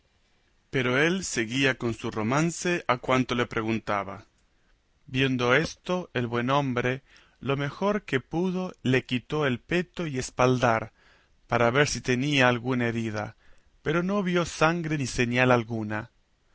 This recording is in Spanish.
pero él seguía con su romance a cuanto le preguntaba viendo esto el buen hombre lo mejor que pudo le quitó el peto y espaldar para ver si tenía alguna herida pero no vio sangre ni señal alguna